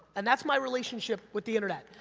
and that's my relationship with the internet.